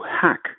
hack